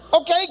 Okay